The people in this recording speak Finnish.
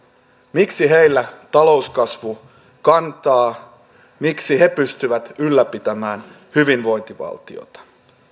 miksi heillä talouskasvu kantaa miksi he pystyvät ylläpitämään hyvinvointivaltiota